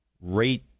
rate